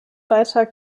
beitrag